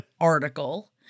article